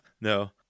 No